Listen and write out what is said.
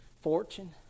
fortune